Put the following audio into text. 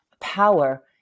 power